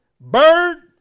bird